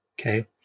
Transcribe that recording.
Okay